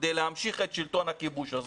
כדי להמשיך את שלטון הכיבוש הזה,